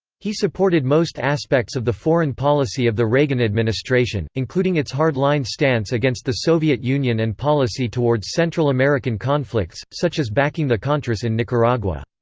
he supported most aspects of the foreign policy of the reagan administration, including its hardline stance against the soviet union and policy towards central american conflicts, such as backing the contras in nicaragua.